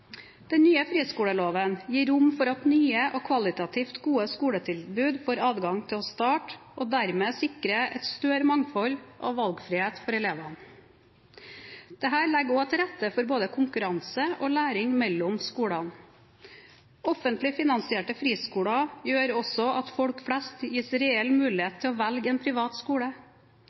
Den nye friskoleloven gir rom for at nye og kvalitativt gode skoletilbud får adgang til å starte og dermed sikre et større mangfold og valgfrihet for elevene. Dette legger også til rette for både konkurranse og læring mellom skoler. Offentlig finansierte friskoler gjør også at folk flest gis reell mulighet til å velge en privat skole.